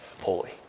holy